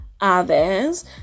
others